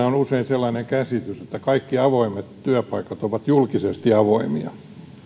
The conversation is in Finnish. on usein sellainen käsitys että kaikki avoimet työpaikat ovat julkisesti avoimia